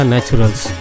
Naturals